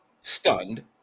stunned